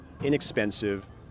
inexpensive